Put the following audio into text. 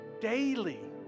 daily